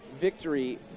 victory